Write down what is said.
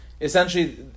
essentially